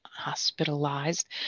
hospitalized